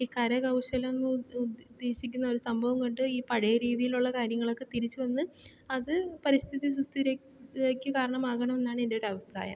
ഈ കരകൗശലം എന്ന് ഉദ് ഉദ് ഉദ്ദേശിക്കുന്നൊരു സംഭവം കൊണ്ട് ഈ പഴയ രീതിയിലുള്ള കാര്യങ്ങളൊക്കെ തിരിച്ച് വന്ന് അത് പരിസ്ഥിതി സുസ്ഥിരതയ്ക്ക് കാരണം ആകണമെന്നാണ് എൻ്റെ ഒരു അഭിപ്രായം